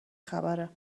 خبره